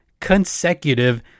consecutive